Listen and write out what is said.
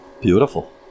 Beautiful